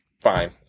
Fine